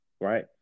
right